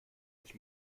ich